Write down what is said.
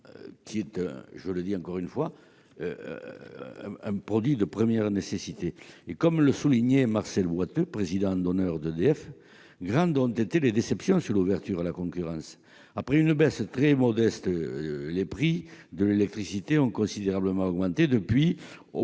est, je le répète encore une fois, de première nécessité ! Comme le soulignait Marcel Boiteux, président d'honneur d'EDF, grandes ont été les déceptions après l'ouverture à la concurrence : après une baisse très modeste, les prix de l'électricité ont considérablement augmenté, au